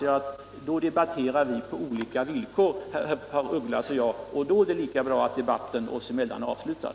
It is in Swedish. Ja, då anser jag det lika bra att debatten mellan oss är avslutad.